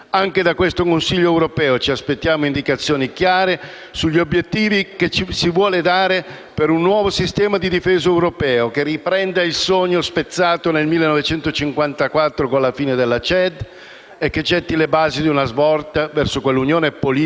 C'è grande spazio ancora per rafforzare il mercato interno, per superare le barriere non tariffarie tra i nostri sistemi economici ed eliminare i piccoli e grandi *dumping*, che alterano la concorrenza all'interno dell'Unione europea e impediscono o alterano un corretto accesso al mercato.